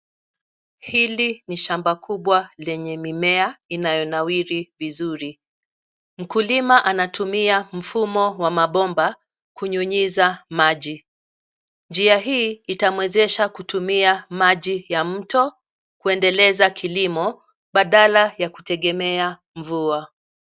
Hili ni shamba kubwa lenye mimea inayonawiri vizuri. Mkulima anatumia mfumo wa mabomba kunyunyizia maji. Njia hii itamwezesha kutumia maji ya mto kuendeleza kilimo badala ya kutegemea mvua.